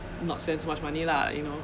not spend so much money lah you know